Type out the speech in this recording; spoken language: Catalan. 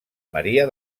maria